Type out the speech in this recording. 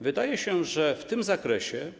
Wydaje się, że w tym zakresie.